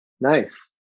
Nice